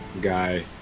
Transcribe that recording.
guy